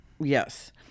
yes